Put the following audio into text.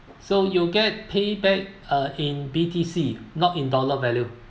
so you'll get payback uh in B_T_C not in dollar value